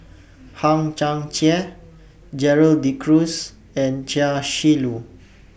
Hang Chang Chieh Gerald De Cruz and Chia Shi Lu